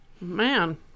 man